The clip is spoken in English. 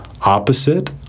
Opposite